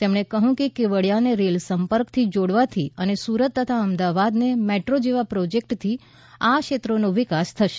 તેમણે કહ્યું કે કેવડિયાને રેલ સંપર્કથી જોડવાથી અને સુરત તથા અમદાવાદને મેટ્રો જેવા પ્રોજેક્ટથી આ ક્ષેત્રોનો વિકાસ થશે